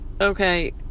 Okay